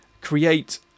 create